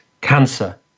cancer